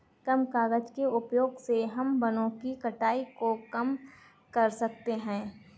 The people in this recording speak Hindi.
कम कागज़ के उपयोग से हम वनो की कटाई को कम कर सकते है